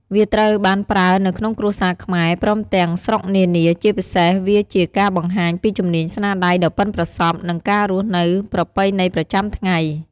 វាត្រូវបានប្រើនៅក្នុងគ្រួសារខ្មែរ ព្រមទាំងស្រុកនានា ជាពិសេសវាជាការបង្ហាញពីជំនាញស្នាដៃដ៏បុិនប្រសព្វ និងការរស់នៅប្រពៃណីប្រចាំថ្ងៃ។